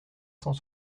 cent